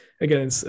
again